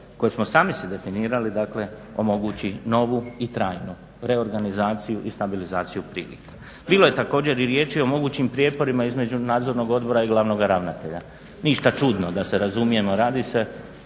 koje smo sami si definirali dakle omogući novu i trajnu reorganizaciju i stabilizaciju prilika. Bilo je također i riječi o mogućim prijeporima između Nadzornog odbora i glavnoga ravnatelja. Ništa čudno da se razumijemo. Radi se